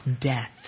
death